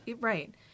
Right